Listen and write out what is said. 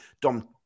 Dom